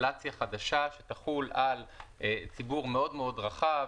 רגולציה חדשה שתחול על ציבור מאוד מאוד רחב,